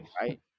right